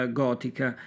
gotica